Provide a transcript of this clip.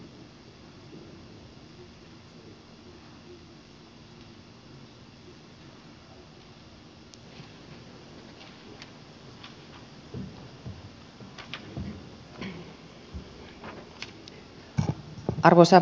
arvoisa puhemies